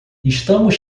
estamos